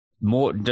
more